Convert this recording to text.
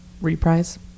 Reprise